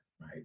right